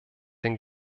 den